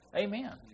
Amen